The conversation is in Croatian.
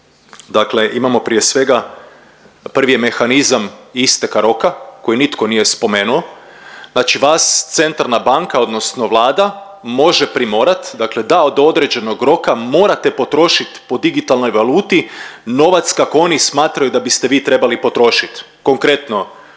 Dakle, imamo prije svega prvi je mehanizam isteka roka koji nitko nije spomenuo. Znači vas centralna banka odnosno vlada može primorat dakle da do određenog roka morate potrošiti po digitalnoj valuti novac kako oni smatraju da biste vi trebali potrošiti. Konkretno